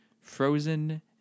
frozen